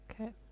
okay